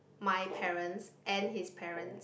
my parents and his parents